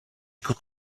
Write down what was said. could